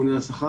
הממונה על השכר,